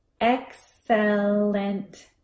excellent